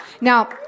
Now